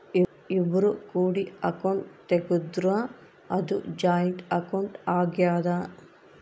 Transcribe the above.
ಇಬ್ರು ಕೂಡಿ ಅಕೌಂಟ್ ತೆಗುದ್ರ ಅದು ಜಾಯಿಂಟ್ ಅಕೌಂಟ್ ಆಗ್ಯಾದ